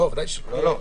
בוודאי שלא.